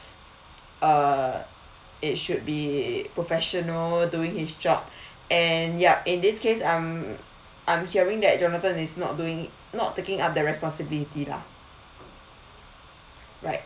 uh it should be professional doing his job and yup in this case I'm I'm hearing that jonathan is not doing not taking up the responsibility lah right